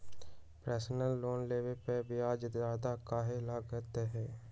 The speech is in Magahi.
पर्सनल लोन लेबे पर ब्याज ज्यादा काहे लागईत है?